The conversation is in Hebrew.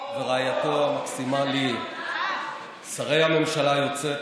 ורעייתו המקסימה ליהיא, ממשלת ההונאה.